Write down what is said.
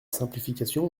simplification